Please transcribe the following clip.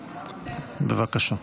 בבקשה.